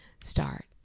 start